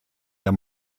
der